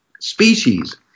species